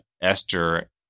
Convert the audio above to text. Esther